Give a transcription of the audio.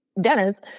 Dennis